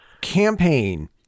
campaign